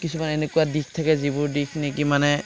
কিছুমান এনেকুৱা দিশ থাকে যিবোৰ দিশ নেকি মানে